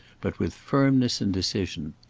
but with firmness and decision.